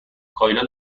کایلا